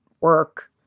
work-